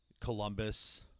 Columbus